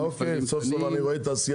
אה אוקיי, סוף סוף אני רואה תעשיין.